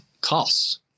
costs